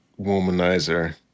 womanizer